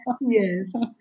yes